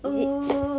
is it